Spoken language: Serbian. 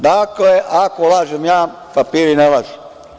Dakle, ako lažem ja, papiri ne lažu.